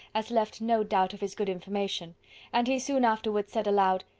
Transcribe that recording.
as left no doubt of his good information and he soon afterwards said aloud,